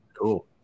cool